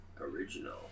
Original